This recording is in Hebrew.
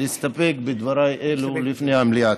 להסתפק בדבריי אלו בפני המליאה.